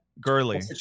girly